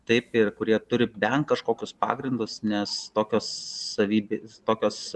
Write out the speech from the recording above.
taip ir kurie turi bent kažkokius pagrindus nes tokios savybės tokios